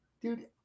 Dude